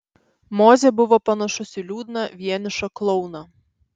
mozė buvo panašus į liūdną vienišą klouną